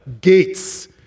gates